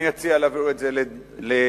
אני אציע להעביר את זה לוועדה,